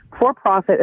for-profit